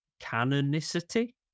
canonicity